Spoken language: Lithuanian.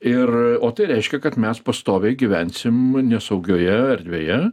ir o tai reiškia kad mes pastoviai gyvensim nesaugioje erdvėje